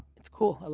it's cool,